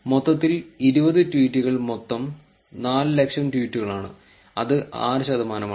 മൊത്തത്തിൽ 20 ട്വീറ്റുകൾ മൊത്തം 400000 ട്വീറ്റുകളാണ് അത് 6 ശതമാനമാണ്